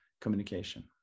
communication